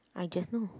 I just know